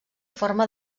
forma